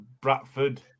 Bradford